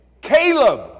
Caleb